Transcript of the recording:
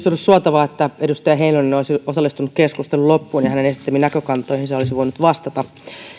ollut suotavaa että edustaja heinonen olisi osallistunut keskustelun loppuun ja hänen esittämiinsä näkökantoihin olisi voinut vastata